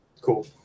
Cool